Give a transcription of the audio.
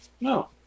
No